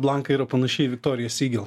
blanka yra panaši į viktoriją sygel